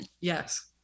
Yes